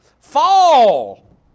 fall